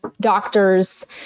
doctors